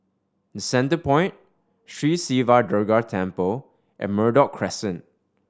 Centrepoint Sri Siva Durga Temple and Merbok Crescent